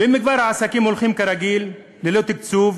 ואם כבר העסקים כרגיל, ללא תקציב,